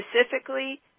specifically